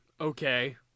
Okay